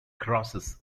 crosses